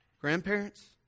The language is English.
Grandparents